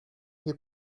hier